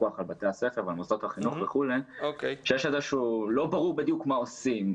הפיקוח על בתי הספר ועל מוסדות החינוך וכשלא ברור בדיוק מה עושים,